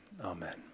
amen